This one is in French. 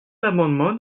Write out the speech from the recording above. l’amendement